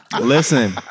Listen